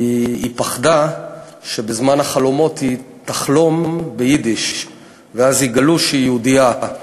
כי היא פחדה שהיא תחלום ביידיש ואז יגלו שהיא יהודייה.